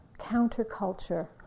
counterculture